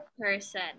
person